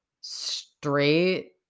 straight